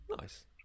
nice